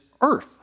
earth